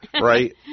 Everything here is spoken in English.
Right